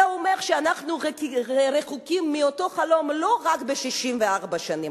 זה אומר שאנחנו רחוקים מאותו חלום לא רק ב-64 שנים.